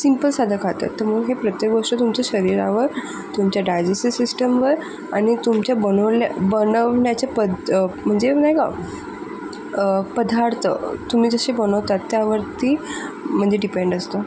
simple साधं खात आहे तुम्ही ही प्रत्येक गोष्ट तुमच्या शरीरावर तुमच्या डायजेस्टीव्ह सिस्टीमवर आणि तुमच्या बनवल्या बनवण्याचे पद् म्हणजे बघा पदार्थ तुम्ही जशी बनवतात त्यावरती म्हणजे डिपेंड असतो